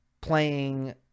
playing